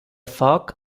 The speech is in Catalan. foc